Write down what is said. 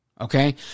Okay